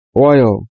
oil